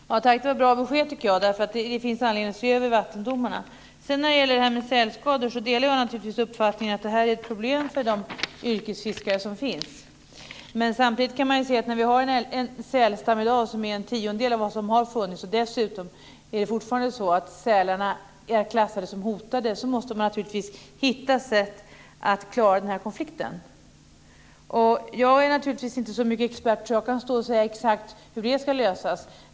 Fru talman! Tack! Det var ett bra besked, tycker jag. Det finns anledning att se över vattendomarna. När det sedan gäller sälskador delar jag naturligtvis uppfattningen att det är ett problem för yrkesfiskarna. Samtidigt har vi i dag en sälstam som är en tiondel av vad som har funnits, och sälarna är dessutom fortfarande klassade som hotade. Därför måste vi naturligtvis hitta sätt att klara den här konflikten. Jag är naturligtvis inte så mycket expert att jag kan säga exakt hur den ska lösas.